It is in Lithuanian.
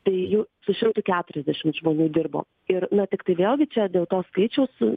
tai jų su šimtu keturiasdešimt žmonių dirbo ir na tiktai vėlgi čia dėl to skaičius